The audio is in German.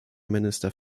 minister